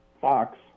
Fox